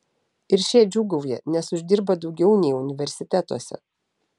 ir šie džiūgauja nes uždirba daugiau nei universitetuose